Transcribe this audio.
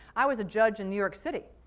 i was a judge in new york city.